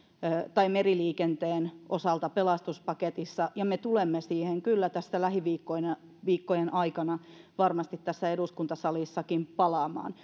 meriliikenteen osalta pelastuspaketissa ja me tulemme siihen kyllä lähiviikkojen aikana varmasti tässä eduskuntasalissakin palaamaan